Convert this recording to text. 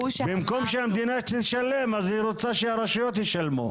במקום שהמדינה תשלם היא רוצה שהרשויות ישלמו.